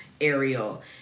Ariel